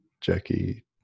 jackie